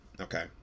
Okay